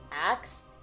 acts